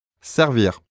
Servir